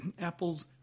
apples